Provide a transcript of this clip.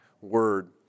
word